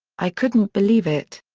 i couldn't believe it.